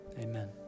Amen